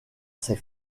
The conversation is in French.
ses